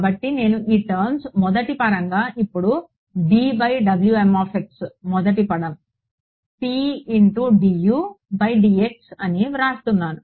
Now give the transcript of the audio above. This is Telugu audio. కాబట్టి నేను ఈ టర్మ్ని మొదటి పదంగా ఇప్పుడు d by W m x మొదటి పదం P x d U x by d x అని వ్రాస్తున్నాను